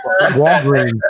Walgreens